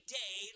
day